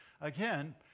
again